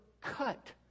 cut